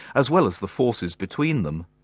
as well as the forces between them,